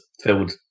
filled